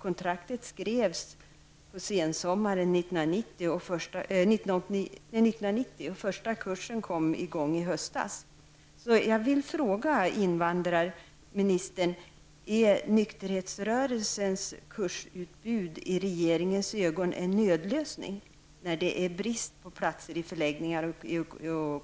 Kontraktet skrevs under sensommaren under 1990 och första kursen kom i gång i höstas. Jag vill fråga invandrarministern: Är nykterhetsrörelsens kursutbud i regeringens ögon en nödlösning, när det är brist på platser i förläggningar och i